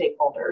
stakeholders